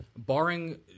Barring